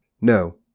No